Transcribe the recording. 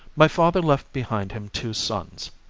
my father left behind him two sons,